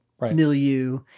milieu